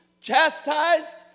chastised